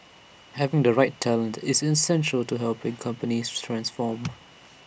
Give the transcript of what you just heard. having the right talent is essential to helping companies transform